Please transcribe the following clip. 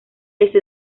eso